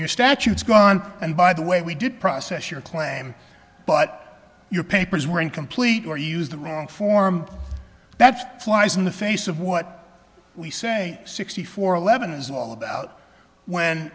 your statutes gone and by the way we did process your claim but your papers were incomplete or use the wrong form that's flies in the face of what we say sixty four eleven is all about when